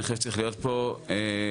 אני חושב שצריכה להיות פה אופרציה,